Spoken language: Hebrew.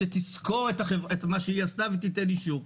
שתסקור את מה שהיא עשתה ותיתן אישור.